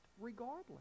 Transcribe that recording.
regardless